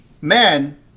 man